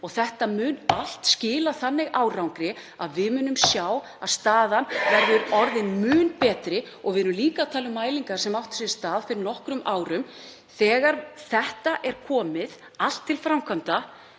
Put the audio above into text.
Þetta mun allt skila þannig árangri að við munum sjá að staðan verður orðin mun betri. Við erum líka að tala um mælingar sem áttu sér stað fyrir nokkrum árum. Þegar þetta er komið allt til framkvæmda